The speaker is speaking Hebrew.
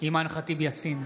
אימאן ח'טיב יאסין,